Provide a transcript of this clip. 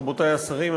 רבותי השרים,